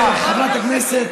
הגיוס.